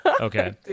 Okay